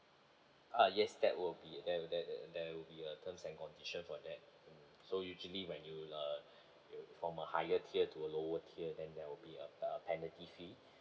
uh yes that will be there there there will be a terms and condition for that so usually when you uh you from a higher tier to a lower tier then there will be a a penalty fee